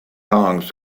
kong